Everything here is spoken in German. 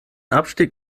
abstieg